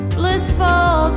blissful